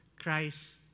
Christ